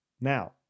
Now